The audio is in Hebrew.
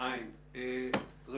אין נמנעים, אין הבקשה אושרה.